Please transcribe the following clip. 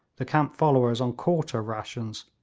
the camp followers on quarter rations,